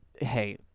Hey